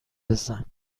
بزن